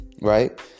Right